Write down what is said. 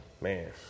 Man